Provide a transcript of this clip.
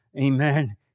Amen